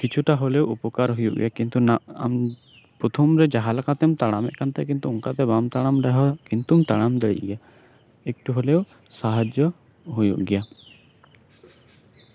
ᱠᱤᱪᱷᱩᱴᱟ ᱦᱚᱞᱳᱣ ᱩᱯᱚᱠᱟᱨ ᱦᱩᱭᱩᱜ ᱜᱮᱭᱟ ᱠᱤᱱᱛᱩ ᱟᱢ ᱯᱨᱚᱛᱷᱚᱢ ᱨᱮ ᱡᱟᱦᱟᱸᱞᱮᱠᱟᱛᱮᱢ ᱛᱟᱲᱟᱸᱮᱫ ᱠᱤᱱᱛᱩ ᱚᱱᱠᱟ ᱫᱚ ᱵᱟᱢ ᱛᱟᱲᱟᱢ ᱫᱟᱲᱮᱭᱟᱜ ᱨᱮᱦᱚᱸ ᱠᱤᱱᱛᱩᱢ ᱛᱟᱲᱟᱢ ᱫᱟᱲᱮᱭᱟᱜ ᱜᱮᱭᱟ ᱮᱠᱴᱩ ᱦᱚᱞᱮᱣ ᱥᱟᱦᱟᱡᱡᱚ ᱦᱩᱭᱩᱜ ᱜᱮᱭᱟ